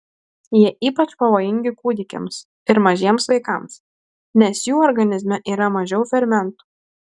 jie ypač pavojingi kūdikiams ir mažiems vaikams nes jų organizme yra mažiau fermentų